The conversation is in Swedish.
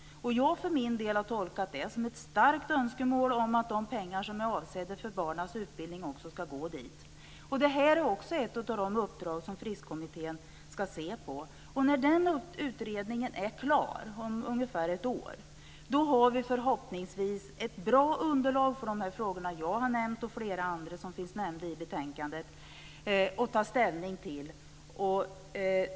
Jag har för min del tolkat det som ett starkt önskemål om att de pengar som är avsedda för barnens utbildning också ska gå dit. Det är också ett av Fristkommitténs uppdrag att se över detta. När den utredningen är klar, om ungefär ett år, har vi förhoppningsvis ett bra underlag för att ta ställning till de frågor som jag har nämnt och flera andra frågor som finns nämnda i betänkandet.